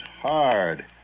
hard